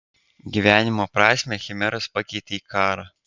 gyvenimo prasmę chimeros pakeitė į karą